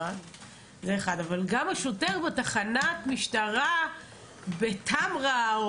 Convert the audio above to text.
השוטר בתחנת המשטרה בטמרה,